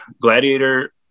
Gladiator